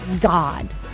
God